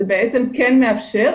זה בעצם כן מאפשר,